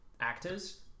actors